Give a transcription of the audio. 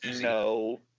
no